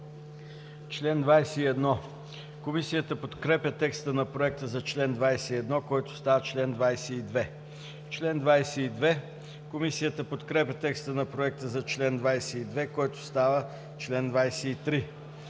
Член 21. Комисията подкрепя текста на Проекта за чл. 21, който става чл. 22. Комисията подкрепя текста на Проекта за чл. 22, който става чл. 23.